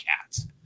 cats